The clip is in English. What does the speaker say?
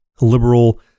liberal